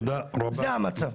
זה המצב.